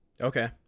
Okay